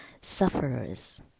sufferers